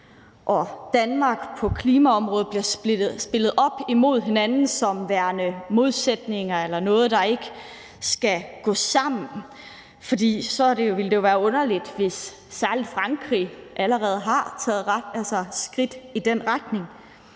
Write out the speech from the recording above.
og Danmark på klimaområdet bliver stillet op mod hinanden som værende modsætninger eller noget, der ikke skal gå sammen, for så ville det jo være underligt, at særlig Frankrig allerede har taget skridt i den retning.